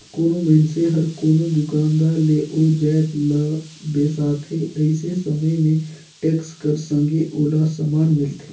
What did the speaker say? कोनो मइनसे हर कोनो दुकानदार ले ओ जाएत ल बेसाथे अइसे समे में टेक्स कर संघे ओला समान मिलथे